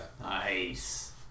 Nice